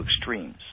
extremes